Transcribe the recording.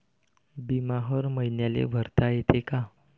बिमा हर मईन्याले भरता येते का?